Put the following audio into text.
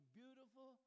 beautiful